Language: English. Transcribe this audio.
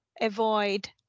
avoid